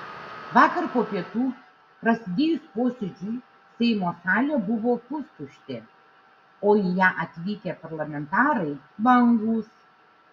vakar po pietų prasidėjus posėdžiui seimo salė buvo pustuštė o į ją atvykę parlamentarai vangūs